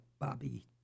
Bobby